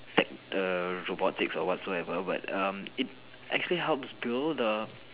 tech~ err robotics or whatsoever but um it actually helps build a